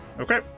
Okay